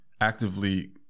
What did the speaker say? actively